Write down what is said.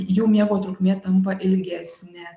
jų miego trukmė tampa ilgesnė